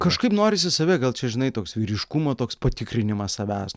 kažkaip norisi save gal čia žinai toks vyriškumo toks patikrinimas savęs